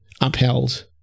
upheld